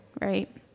right